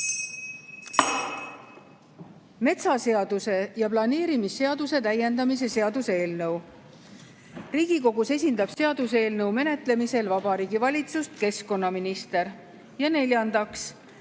metsaseaduse ja planeerimisseaduse täiendamise seaduse eelnõu. Riigikogus esindab seaduseelnõu menetlemisel Vabariigi Valitsust keskkonnaminister. Neljandaks,